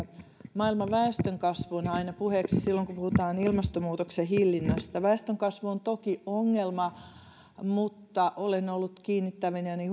maailman väestönkasvun puheeksi aina silloin kun puhutaan ilmastonmuutoksen hillinnästä väestönkasvu on toki ongelma mutta olen ollut kiinnittävinäni